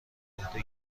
عهده